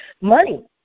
Money